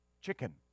Chicken